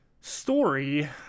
story